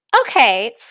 Okay